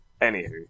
Anywho